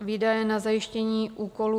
Výdaje na zajištění úkolů